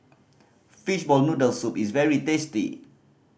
fishball noodle soup is very tasty